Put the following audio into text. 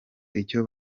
icyo